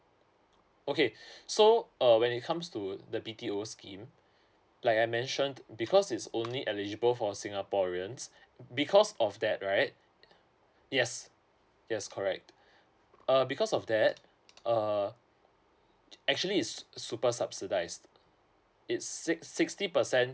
okay so uh when it comes to the B_T_O scheme like I mentioned because it's only eligible for singaporeans because of that right yes yes correct uh because of that err actually is super subsidised it's six sixty percent